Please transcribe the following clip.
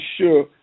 sure